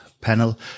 panel